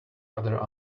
other